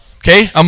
Okay